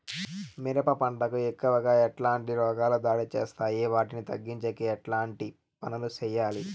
మిరప పంట కు ఎక్కువగా ఎట్లాంటి రోగాలు దాడి చేస్తాయి వాటిని తగ్గించేకి ఎట్లాంటి పనులు చెయ్యాలి?